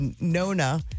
Nona